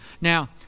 Now